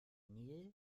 nil